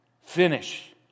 Finish